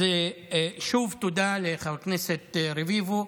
אז שוב, תודה לחבר הכנסת רביבו.